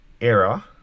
era